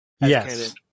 Yes